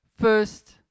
first